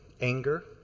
Anger